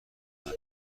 کند